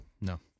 no